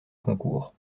concours